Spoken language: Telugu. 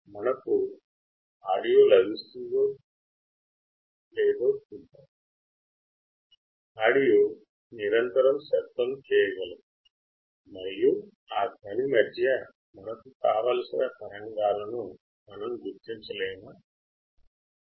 మనకు ఆడియో లభిస్తుందో చూద్దాం ఆడియోనిరంతరం శబ్దం చేయగలదు మరియు ఆ ధ్వని మధ్య మనకు కావలసిన తరంగాలను మనం గుర్తించగలమా లేదా